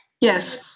Yes